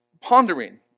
Pondering